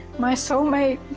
my soul mate,